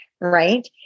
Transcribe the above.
right